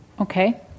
Okay